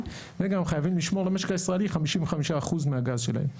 וגם הם חייבים לשמור למשק הישראלי 55% מהגז שלהם.